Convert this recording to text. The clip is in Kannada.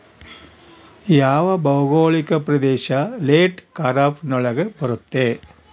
ಯಾವ ಭೌಗೋಳಿಕ ಪ್ರದೇಶ ಲೇಟ್ ಖಾರೇಫ್ ನೊಳಗ ಬರುತ್ತೆ?